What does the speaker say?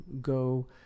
go